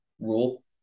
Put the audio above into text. rule